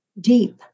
deep